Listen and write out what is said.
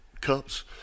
cups